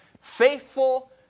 faithful